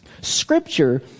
Scripture